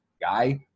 guy